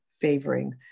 favoring